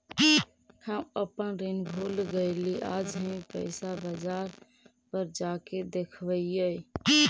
हम अपन ऋण भूल गईली आज ही पैसा बाजार पर जाकर देखवई